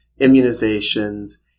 immunizations